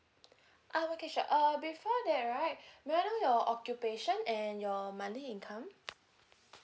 uh okay sure um before that right may I know your occupation and your monthly income